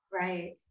Right